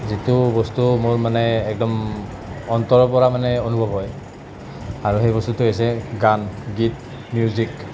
যিটো বস্তু মোৰ মানে একদম অন্তৰৰ পৰা মানে অনুভৱ হয় আৰু সেই বস্তুটো হৈছে গান গীত মিউজিক